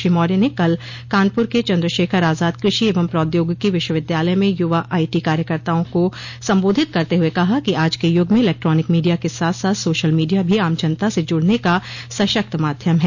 श्री मौर्य ने कल कानपुर के चन्द्रशेखर आजाद कृषि एवं प्रौद्योगिकी विश्वविद्यालय में यूवा आईटी कार्यकर्ताओं को संबोधित करते हुए कहा कि आज के युग में इलेक्ट्रानिक मीडिया के साथ साथ सोशल मीडिया भी आम जनता से जुड़ने का सशक्त माध्यम है